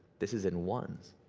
this is in ones.